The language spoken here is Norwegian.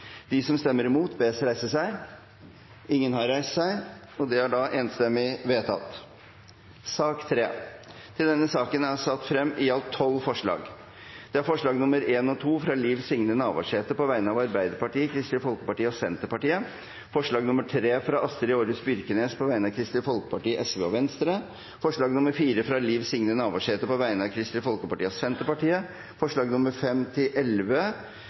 De Grønne. Forslaget lyder: «Stortinget ber regjeringen fremme sak for Stortinget om at Øystesevassdragets øvre del blir supplert inn i verneplanen for vassdrag.» Under debatten er det satt frem i alt tolv forslag. Det er forslagene nr. 1 og 2, fra Liv Signe Navarsete på vegne av Arbeiderpartiet, Kristelig Folkeparti og Senterpartiet forslag nr. 3, fra Astrid Aarhus Byrknes på vegne av Kristelig Folkeparti, Venstre og Sosialistisk Venstreparti forslag nr. 4, fra Liv Signe Navarsete på vegne av Kristelig Folkeparti og Senterpartiet